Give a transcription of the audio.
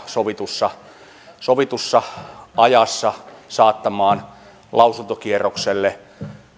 sovitussa sovitussa aikataulussa saattamaan lausuntokierrokselle